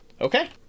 okay